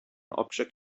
object